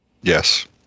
Yes